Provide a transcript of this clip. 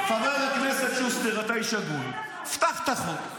חבר הכנסת שוסטר, אתה איש הגון, פתח את החוק.